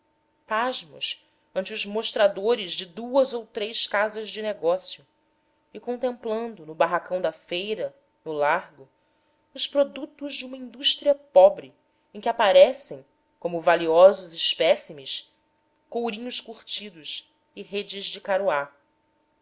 pasmos ante os mostradores de duas ou três casas de negócio e contemplando no barracão da feira no largo os produtos de uma indústria pobre em que aparecem como valiosos espécimes courinhos curtidos e redes de